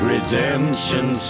Redemption